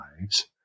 lives